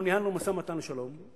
אנחנו ניהלנו משא-ומתן לשלום,